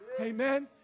Amen